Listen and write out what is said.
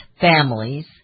families